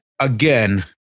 again